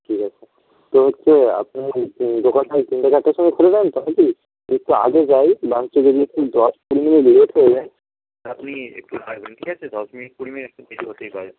ঠিক আছে তো হচ্ছে আপনার দোকানটা ওই তিনটে চারটের সময় খুলে দেন তো না কি একটু আগে যাই লাঞ্চে যদি একটু দশ কুড়ি মিনিট লেট হয়ে যায় আপনি একটু থাকবেন ঠিক আছে দশ মিনিট কুড়ি মিনিট একটু দেরি হতেই পারে